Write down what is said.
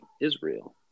Israel